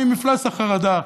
ממפלס החרדה.